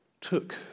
took